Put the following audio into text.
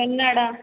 Kannada